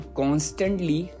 constantly